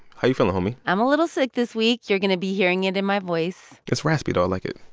how are you feeling, homie? i'm a little sick this week. you're going to be hearing it in my voice it's raspy, though. i like it.